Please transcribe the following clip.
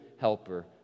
helper